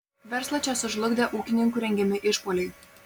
verslą čia sužlugdė ūkininkų rengiami išpuoliai